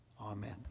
Amen